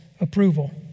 Approval